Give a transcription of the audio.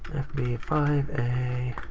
b five a,